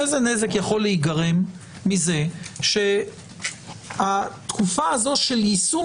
איזה נזק יכול להיגרם מזה שהתקופה הזו של יישום